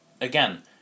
again